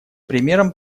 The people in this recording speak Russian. примером